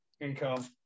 income